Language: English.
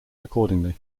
accordingly